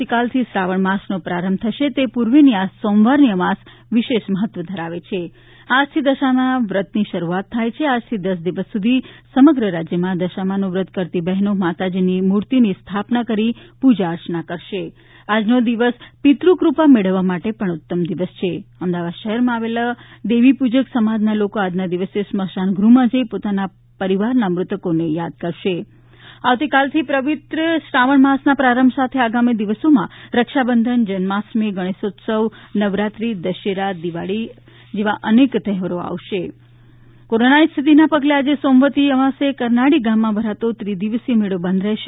આવતીકાલથી શ્રાવણ માસનો પ્રારંભ થશે તે પૂર્વેની આ સોમવારની અમાસ વિશેષ મહત્વ ધરાવે છે આજથી દશામાઁ વ્રતની શરૂઆત થાય છે આજથી દસ દિવસ સુધી સમગ્ર રાજ્યમાં દશામાનું વ્રત કરતી બહેનો માતાજીની મૂર્તિની સ્થાપના કરી પૂજા અર્ચના કરશે આજનો દિવસ પિતૃકૃપા મેળવવા માટે પણ ઉત્તમ દિવસ છે અમદાવાદ શહેરમાં આવેલા દેવીપૂજક સમાજના લોકો આજના દિવસે સ્મશાનગૃહમાં જઇને પોતાના પરિવારના મૃતકોને યાદ કરશે આવતી કાલથી પવિત્ર શ્રાવણમાસના પ્રાંરભ સાથે આગામી દિવસોમાં રક્ષાબંધન જન્માષ્ટમી ગણેશોત્સવનવરાત્રીદશેરા દિવાળી અને અનેક તહેવારો આવશે કોરોનાની સ્થિતીના પગલે આજે સોમવતી અમાસે કરનાળી ગામમાં ભરાતો ત્રિદિવસીય મેળો બંધ રહેશે